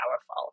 powerful